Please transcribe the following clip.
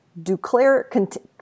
Duclair